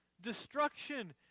Destruction